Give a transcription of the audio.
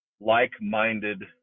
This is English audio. like-minded